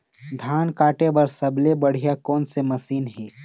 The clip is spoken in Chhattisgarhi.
धान काटे बर सबले बढ़िया कोन से मशीन हे?